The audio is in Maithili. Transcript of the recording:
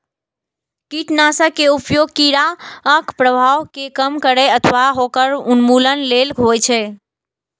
कीटनाशक के उपयोग कीड़ाक प्रभाव कें कम करै अथवा ओकर उन्मूलन लेल होइ छै